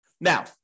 Now